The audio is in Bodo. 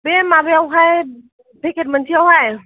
बे माबायावहाय पेकेट मोनसेआवहाय